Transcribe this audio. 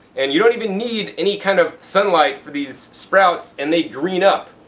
and you don't even need any kind of sunlight for these sprouts and they green up.